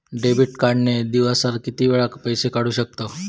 Debit card ने दिवसाला किती वेळा पैसे काढू शकतव?